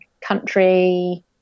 country